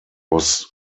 was